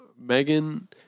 Megan